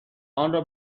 آنرا